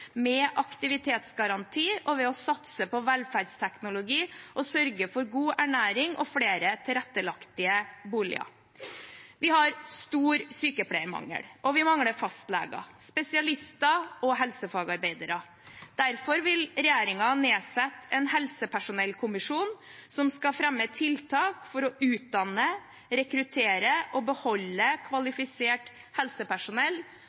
med aktivitetsgaranti, ved å satse på velferdsteknologi og ved å sørge for god ernæring og flere tilrettelagte boliger. Vi har stor sykepleiermangel, og vi mangler fastleger, spesialister og helsefagarbeidere. Derfor vil regjeringen nedsette en helsepersonellkommisjon som skal fremme tiltak for å utdanne, rekruttere og beholde kvalifisert helsepersonell